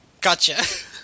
Gotcha